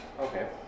Okay